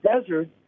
desert